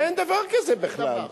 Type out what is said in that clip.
אין דבר כזה בכלל.